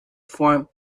form